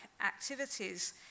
activities